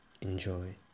Enjoy